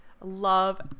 Love